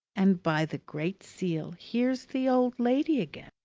and by the great seal, here's the old lady again!